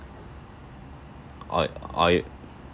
or y~ or y~